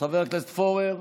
חבר הכנסת פורר,